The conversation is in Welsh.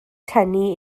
tynnu